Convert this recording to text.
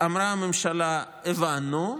אמרה הממשלה: הבנו,